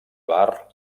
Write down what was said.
bar